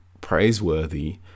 praiseworthy